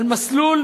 על מסלול,